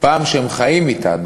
על כך שהם חיים אתנו